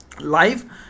live